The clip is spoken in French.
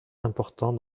important